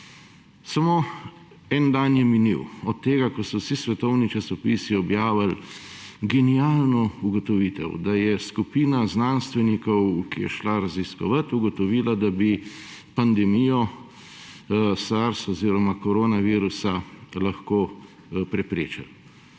Samo en dan je minil od tega, ko so vsi svetovni časopisi objavili genialno ugotovitev, da je skupina znanstvenikov, ki je raziskovala, ugotovila, da bi pandemijo SARS oziroma koronavirusa lahko preprečili.